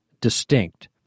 distinct